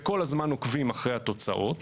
וכל הזמן עוקבים אחרי התוצאות.